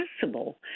possible